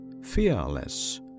fearless